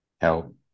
help